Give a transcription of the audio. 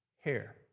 hair